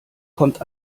kommt